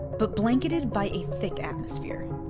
but blanketed by a thick atmosphere.